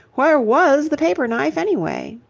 where was the paper-knife anyway?